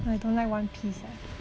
I don't like One Piece ah